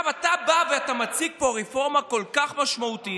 עכשיו אתה בא ואתה מציג פה רפורמה כל כך משמעותית,